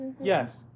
Yes